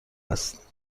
است